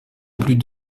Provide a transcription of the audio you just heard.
plus